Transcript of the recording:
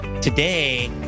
Today